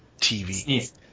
TV